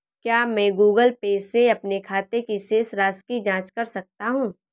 क्या मैं Google Pay से अपने खाते की शेष राशि की जाँच कर सकता हूँ?